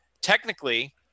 technically